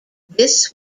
this